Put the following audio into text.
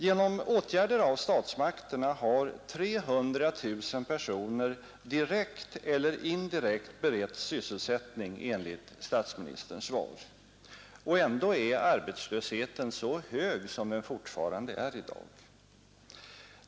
Genom åtgärder av statsmakterna har 300 000 personer direkt eller indirekt beretts sysselsättning, enligt statsministerns svar och ändå är arbetslösheten så hög som den fortfarande är i dag.